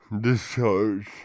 Discharge